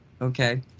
okay